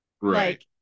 Right